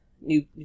new